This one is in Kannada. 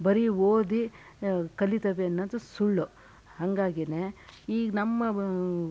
ಬರೀ ಓದಿ ಕಲಿತೇವೆ ಅನ್ನೋದು ಸುಳ್ಳು ಹಂಗಾಗಿನೇ ಈಗ ನಮ್ಮ